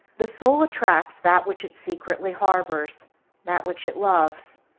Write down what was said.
the soul attracts that which it secretly harbours that which it loves,